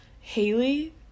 Haley